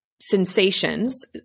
sensations